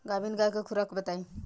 गाभिन गाय के खुराक बताई?